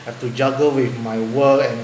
have to juggle with my work and